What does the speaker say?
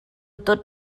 tot